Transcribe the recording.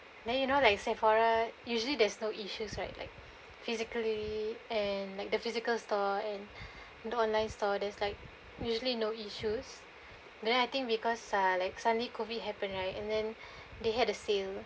then you know like Sephora usually there's no issues right like physically and like the physical store and the online store there's like usually no issues then I think because uh suddenly COVID happened right and then they had a sale